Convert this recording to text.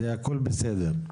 זה הכול בסדר,